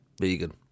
vegan